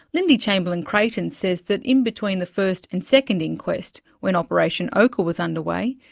lindy chamberlain-creighton says that in between the first and second inquest, when operation ochre was under way,